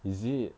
is it